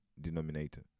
denominator